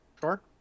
Sure